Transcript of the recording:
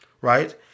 Right